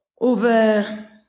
Over